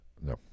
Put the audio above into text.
No